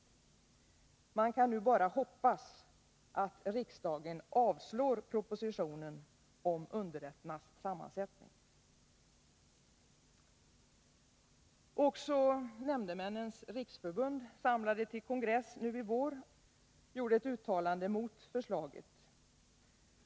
Man kan nu bara hoppas att riksdagen avslår propositionen om underrätternas sammansättning.” Också medlemmarna i Nämndemännens riksförbund, samlade till rikskongress nu i vår, gjorde ett uttalande mot förslaget.